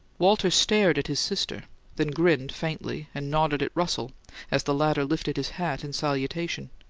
walter stared at his sister then grinned faintly, and nodded at russell as the latter lifted his hat in salutation.